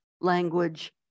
language